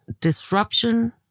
disruption